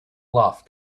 love